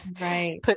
Right